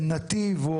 הן נתיב 2,